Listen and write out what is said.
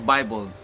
Bible